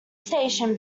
station